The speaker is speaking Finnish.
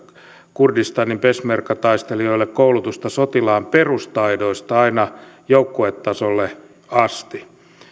kurdistanin peshmerga taistelijoille koulutusta sotilaan perustaidoista aina joukkuetasolle asti